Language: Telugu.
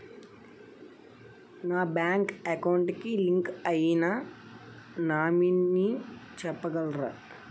నా బ్యాంక్ అకౌంట్ కి లింక్ అయినా నామినీ చెప్పగలరా?